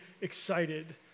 excited